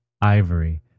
ivory